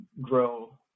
grow